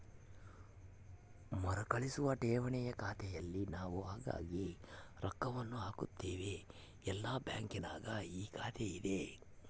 ಮರುಕಳಿಸುವ ಠೇವಣಿಯ ಖಾತೆಯಲ್ಲಿ ನಾವು ಆಗಾಗ್ಗೆ ರೊಕ್ಕವನ್ನು ಹಾಕುತ್ತೇವೆ, ಎಲ್ಲ ಬ್ಯಾಂಕಿನಗ ಈ ಖಾತೆಯಿದೆ